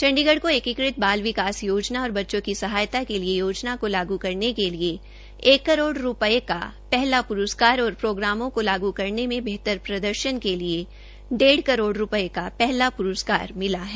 चंडीगढ़ को एकीकृत बाल विकास योजना और बच्चों की सहायता के लिए योजना को लागू करने के लिए एक करोड़ रूपये का पहला प्रस्कार और प्रोग्रामों को लागू करने में बेहतर प्रदर्शन के लिए डेढ़ करोड़ रूपये का पहला प्रस्कार मिला है